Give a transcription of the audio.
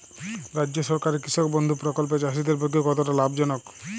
রাজ্য সরকারের কৃষক বন্ধু প্রকল্প চাষীদের পক্ষে কতটা লাভজনক?